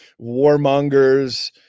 warmongers